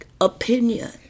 opinion